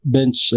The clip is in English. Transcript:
Bench